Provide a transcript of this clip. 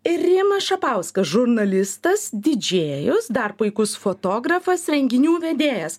ir rimas šapauskas žurnalistas didžėjus dar puikus fotografas renginių vedėjas